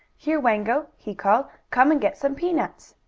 here, wango! he called. come and get some peanuts!